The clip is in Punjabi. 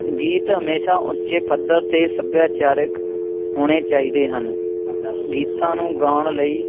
ਗੀਤ ਹਮੇਸ਼ਾ ਉੱਚੇ ਪੱਧਰ 'ਤੇ ਸੱਭਿਆਚਾਰਿਕ ਹੋਣੇ ਚਾਹੀਦੇ ਹਨ ਗੀਤਾਂ ਨੂੰ ਗਾਉਣ ਲਈ